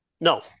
No